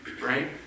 right